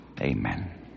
amen